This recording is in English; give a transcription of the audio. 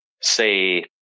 say